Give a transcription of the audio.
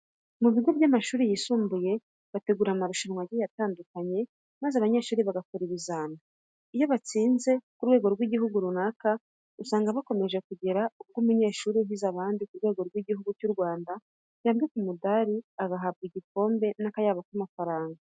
Mu bigo by'amashuri yisumbuye bategura amarushanwa agiye atandukanye maze abanyeshuri bagakora ibizamini iyo batsinze ku rwego rw'ikigo runaka, usanga bakomeje kugera ubwo umunyeshuri uhize abandi ku rwego rw'Igihugu cy'u Rwanda yambikwa umudari, agahabwa igikombe n'akayabo k'amafaranga.